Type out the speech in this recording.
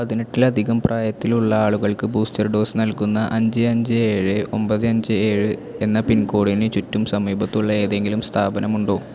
പതിനെട്ടിൽ അധികം പ്രായത്തിലുള്ള ആളുകൾക്ക് ബൂസ്റ്റർ ഡോസ് നൽകുന്ന അഞ്ച് അഞ്ച് ഏഴ് ഒമ്പത് അഞ്ച് ഏഴ് എന്ന പിൻ കോഡിന് ചുറ്റും സമീപത്തുള്ള ഏതെങ്കിലും സ്ഥാപനമുണ്ടോ